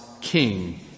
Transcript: king